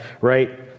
right